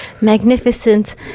magnificent